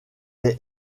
est